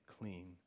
clean